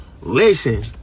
listen